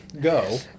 go